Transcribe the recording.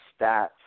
stats